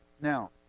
Now